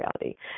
reality